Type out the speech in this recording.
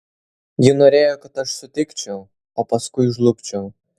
ji norėjo kad aš sutikčiau o paskui žlugčiau